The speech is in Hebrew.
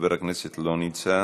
חבר הכנסת, לא נמצא,